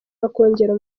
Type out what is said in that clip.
bakongera